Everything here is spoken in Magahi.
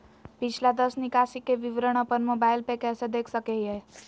पिछला दस निकासी के विवरण अपन मोबाईल पे कैसे देख सके हियई?